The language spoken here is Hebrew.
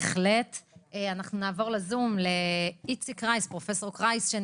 אנחנו נעבור לזום לפרופ' איציק קרייס משיבא,